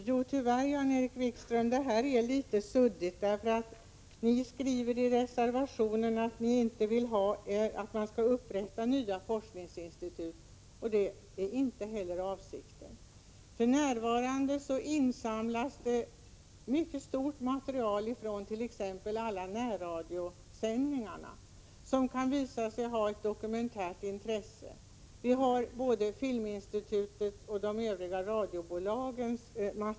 Fru talman! Jo, Jan-Erik Wikström, tyvärr är reservationen litet suddig. Ni skriver där att ni inte vill att det skall upprättas nya forskningsinstitut. Det är inte heller avsikten. För närvarande insamlas ett mycket stort material från t.ex. alla närradiosändningar, som kan visa sig ha ett dokumentärt intresse. Det finns också material från både Filminstitutet och övriga radiobolag.